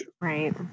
Right